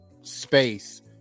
space